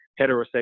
heterosexual